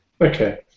Okay